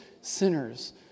sinners